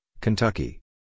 Kentucky